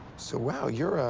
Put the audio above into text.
so wow. you're, ah.